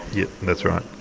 yeah that's right.